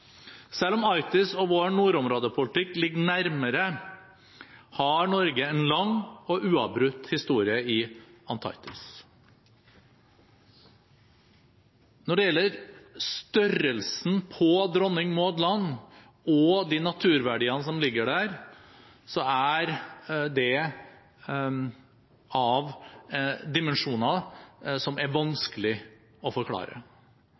Selv om Arktis og vår nordområdepolitikk ligger nærmere, har Norge en lang og uavbrutt historie i Antarktis. Når det gjelder størrelsen på Dronning Maud land og de naturverdiene som ligger der, så er det av dimensjoner som er vanskelig å forklare.